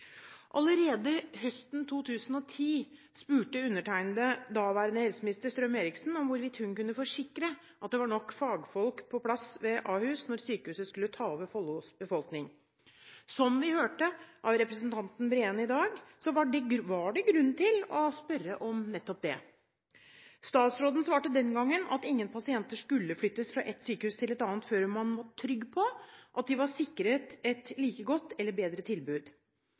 Allerede høsten 2010 spurte undertegnede daværende helse- og omsorgsminister Strøm-Erichsen om hvorvidt hun kunne forsikre at det var nok fagfolk på plass ved Ahus når sykehuset skulle ta over Follos befolkning. Som vi hørte fra representanten Breen i dag, var det grunn til å spørre om nettopp det. Statsråden svarte den gangen at ingen pasienter skulle flyttes fra ett sykehus til et annet før man var trygg på at de var sikret et like godt eller bedre tilbud.